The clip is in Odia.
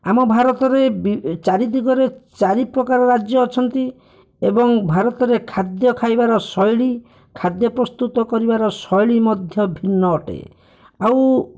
ଆମ ଭାରତରେ ବି ଚାରି ଦିଗରେ ଚାରି ପ୍ରକାର ରାଜ୍ୟ ଅଛନ୍ତି ଏବଂ ଭାରତରେ ଖାଦ୍ୟ ଖାଇବାର ଶୈଳୀ ଖାଦ୍ୟ ପ୍ରସ୍ତୁତ କରିବାର ଶୈଳୀ ମଧ୍ୟ ଭିନ୍ନ ଅଟେ ଆଉ